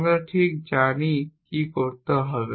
আমরা ঠিক জানি কি করতে হবে